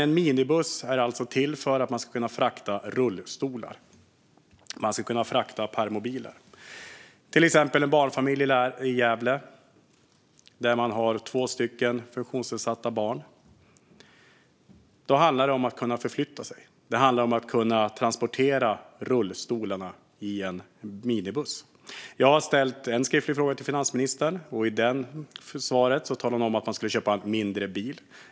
En minibuss är till för att man ska kunna frakta rullstolar och permobiler. Mitt exempel gäller en barnfamilj i Gävle med två funktionsnedsatta barn. Där handlar det om att kunna förflytta sig och transportera rullstolarna i en minibuss. Jag har ställt en skriftlig fråga till finansministern. I svaret på den talar hon om att man ska köpa en mindre bil.